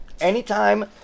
anytime